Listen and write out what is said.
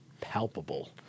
palpable